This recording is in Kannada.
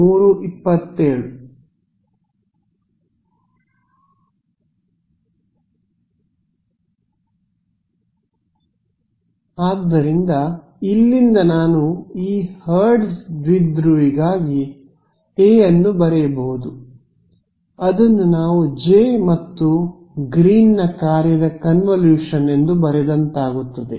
ವಿದ್ಯಾರ್ಥಿ ಆದ್ದರಿಂದ ಇಲ್ಲಿಂದ ನಾನು ಈ ಹರ್ಟ್ಜ್ ದ್ವಿಧ್ರುವಿಗಾಗಿ ಎ ಅನ್ನು ಬರೆಯಬಹುದು ಅದನ್ನು ನಾವು ಜೆ ಮತ್ತು ಗ್ರೀನ್ನ ಕಾರ್ಯದ ಕನ್ವಿಲೇಶನ್ ಎಂದು ಬರೆದಂತಾಗುತ್ತದೆ